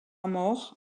mort